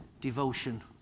devotion